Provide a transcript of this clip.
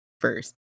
first